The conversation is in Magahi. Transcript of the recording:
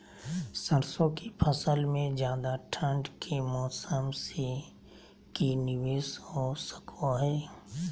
सरसों की फसल में ज्यादा ठंड के मौसम से की निवेस हो सको हय?